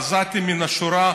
העזתי מן השורה,